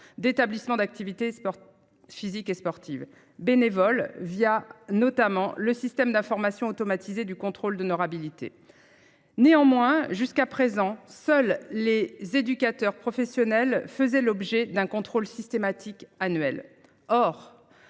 d'établissements d'activités sportives. Physiques et sportives bénévoles, via notamment le système d'information automatisés du contrôle d'honorabilité. Néanmoins, jusqu'à présent, seuls les éducateurs professionnels faisait l'objet d'un contrôle systématique annuel